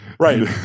Right